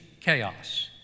chaos